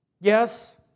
Yes